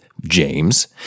James